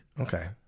Okay